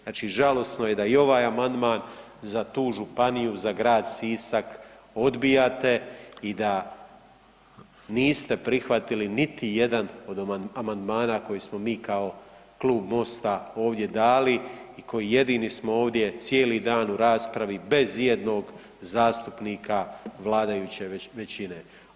Znači žalosno je da i ovaj amandman za tu županiju, za grad Sisak odbijate i da niste prihvatili niti jedan od amandmana koji smo mi kao Klub MOST-a ovdje dali i koji jedini smo ovdje cijeli dan u raspravi bez ijednog zastupnika vladajuće većine.